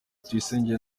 tuyisenge